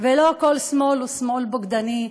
ולא כל שמאל הוא שמאל בוגדני.